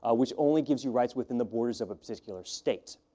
ah which only gives you rights within the borders of a particular state.